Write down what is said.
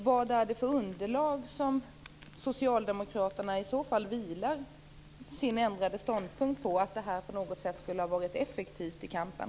Vad är det för underlag som Socialdemokraterna i så fall vilar sin ändrade ståndpunkt på att denna ändring skulle vara effektiv i kampen?